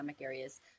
areas